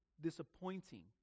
disappointing